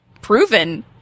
proven